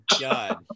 god